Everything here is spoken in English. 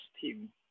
team